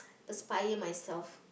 aspire myself